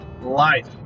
Life